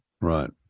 Right